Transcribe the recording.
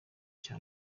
cya